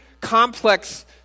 complex